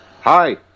Hi